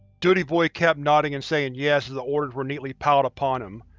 duty boy kept nodding and saying yes as the orders were neatly piled upon him.